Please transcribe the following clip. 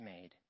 made